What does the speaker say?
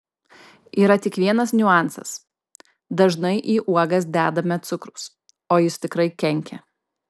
yra tik vienas niuansas dažnai į uogas dedame cukraus o jis tikrai kenkia